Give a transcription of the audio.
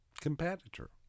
competitor